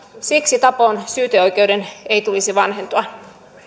siksi tapon syyteoikeuden ei tulisi vanhentua